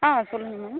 ஆ சொல்லுங்கள் மேம்